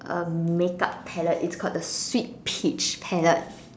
a makeup palette it's called the sweet peach palette